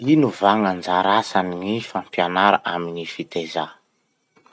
Ino va gn'anjara asan'ny fampianara amy fitezà?